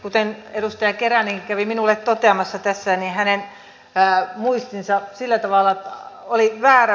kuten edustaja keränen kävi minulle toteamassa tässä hänen muistinsa sillä tavalla oli väärä